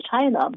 China